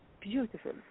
beautiful